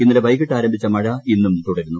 ഇന്നലെ വൈകിട്ട് ആരംഭിച്ച മഴ ഇന്നും തുടരുന്നു